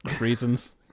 reasons